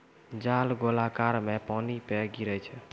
जाल गोलाकार मे पानी पे गिरै छै